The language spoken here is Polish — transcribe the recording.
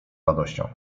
radością